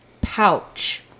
pouch